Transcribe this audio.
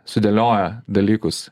sudėlioja dalykus